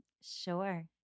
sure